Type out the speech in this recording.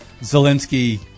Zelensky